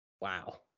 Wow